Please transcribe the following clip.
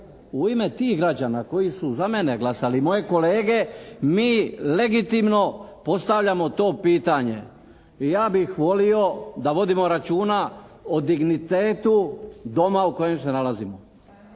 U ime tih građana koji su za mene glasali i moje kolege mi legitimno postavljamo to pitanje i ja bih volio da vodimo računa o dignitetu Doma u kojem se nalazimo